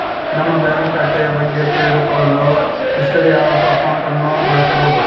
ನಮ್ಮ ಬ್ಯಾಂಕ್ ಖಾತೆಯ ಬಗ್ಗೆ ತಿಳಿದು ಕೊಳ್ಳಲು ಹಿಸ್ಟೊರಿ ಆಫ್ ಅಕೌಂಟ್ ಅನ್ನು ಬಳಸಬೋದು